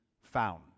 found